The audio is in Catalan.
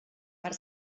per